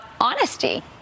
honesty